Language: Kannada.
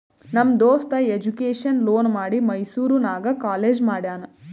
ನಮ್ ದೋಸ್ತ ಎಜುಕೇಷನ್ ಲೋನ್ ಮಾಡಿ ಮೈಸೂರು ನಾಗ್ ಕಾಲೇಜ್ ಮಾಡ್ಯಾನ್